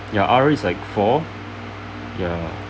ya R_A is like four ya